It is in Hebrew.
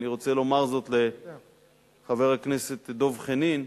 אני רוצה לומר זאת לחבר הכנסת דב חנין,